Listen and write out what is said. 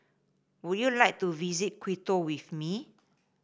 would you like to visit Quito with me